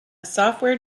software